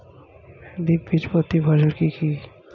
দ্বিবীজপত্রী ফসল কি কি?